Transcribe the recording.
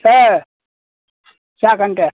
अ जागोन दे